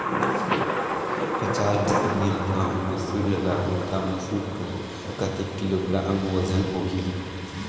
पचास डिसमिल मा मसुर लगाबो ता मसुर कर कतेक किलोग्राम वजन होही?